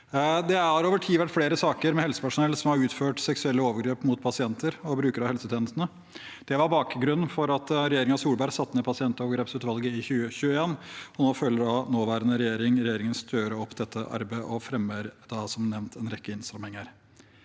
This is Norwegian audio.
Det har over tid vært flere saker med helsepersonell som har utført seksuelle overgrep mot pasienter og brukere av helsetjenestene. Det var bakgrunnen for at regjeringen Solberg satte ned pasientovergrepsutvalget i 2021. Nå følger nåværende regjering, regjeringen Støre, opp dette arbeidet og fremmer som nevnt en rekke innstramminger.